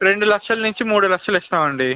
రెండు లక్షల నుంచి మూడు లక్షలు ఇస్తాము అండి